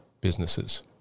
businesses